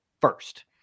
first